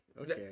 Okay